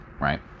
right